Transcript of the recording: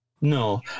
No